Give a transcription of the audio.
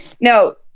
No